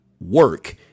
work